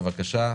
בבקשה,